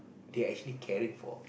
they're actually caring for